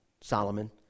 Solomon